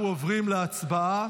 אנחנו עוברים להצבעה,